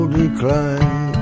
decline